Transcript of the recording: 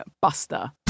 buster